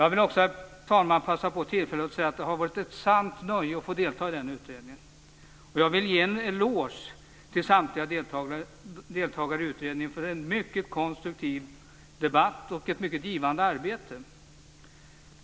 Jag vill också passa på tillfället att säga att det har varit ett sant nöje att delta i den utredningen. Jag vill ge en eloge till samtliga deltagare för en mycket konstruktiv debatt och ett mycket givande arbete.